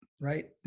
right